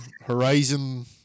Horizon